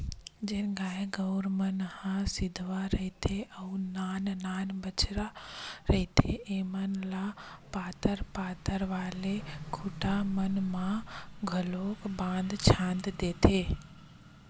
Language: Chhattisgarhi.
जेन गाय गरु मन ह सिधवी रहिथे अउ नान नान बछरु रहिथे ऐमन ल पातर पातर वाले खूटा मन म घलोक बांध छांद देथे